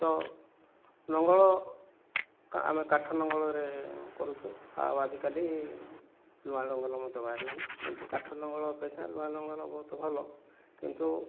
ତ ନଙ୍ଗଳ ଆମେ କାଠ ନଙ୍ଗଳରେ କରୁଛୁ ଆଉ ଆଜିକାଲି ଲୁହା ନଙ୍ଗଲ ମଧ୍ୟ ବାହାରିଲାଣି କିନ୍ତୁ କାଠ ନଙ୍ଗଳ ଅପେକ୍ଷା ଲୁହା ନଙ୍ଗଳ ବହୁତ ଭଲ କିନ୍ତୁ